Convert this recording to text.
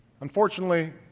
Unfortunately